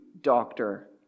doctor